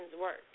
work